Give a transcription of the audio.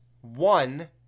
one